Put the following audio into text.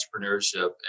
entrepreneurship